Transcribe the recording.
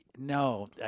No